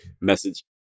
message